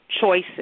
choices